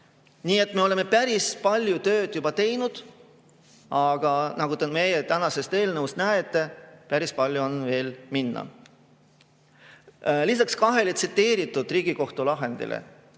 Nii et me oleme päris palju tööd juba teinud, aga nagu te meie tänasest eelnõust näete, päris palju on veel minna. Lisaks kahele tsiteeritud Riigikohtu lahendile